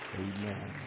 Amen